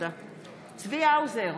צבי האוזר,